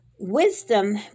Wisdom